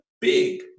big